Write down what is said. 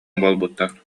буолбуттар